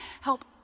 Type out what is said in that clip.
help